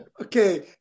okay